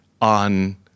on